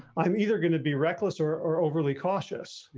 i'm either going to be reckless or or overly cautious,